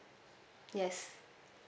yes